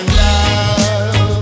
love